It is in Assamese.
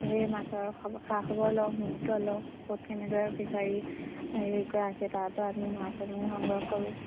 সেই মাছৰ খ খা খবৰ লওঁ শুং সূত্ৰ লওঁ ক'ত কেনেদৰে ফিচাৰী হেৰি কৰা আছে তাৰপৰা আমি মাছসমূহ সংগ্ৰহ কৰোঁ